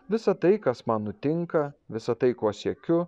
visa tai kas man nutinka visa tai ko siekiu